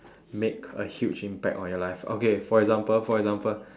make a huge impact on your life okay for example for example